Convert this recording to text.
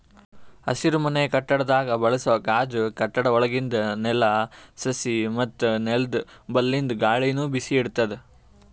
ಹಸಿರುಮನೆ ಕಟ್ಟಡದಾಗ್ ಬಳಸೋ ಗಾಜ್ ಕಟ್ಟಡ ಒಳಗಿಂದ್ ನೆಲ, ಸಸಿ ಮತ್ತ್ ನೆಲ್ದ ಬಲ್ಲಿಂದ್ ಗಾಳಿನು ಬಿಸಿ ಇಡ್ತದ್